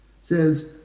says